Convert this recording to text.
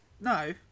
No